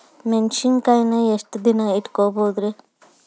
ಮೆಣಸಿನಕಾಯಿನಾ ಎಷ್ಟ ದಿನ ಇಟ್ಕೋಬೊದ್ರೇ?